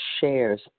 shares